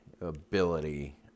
ability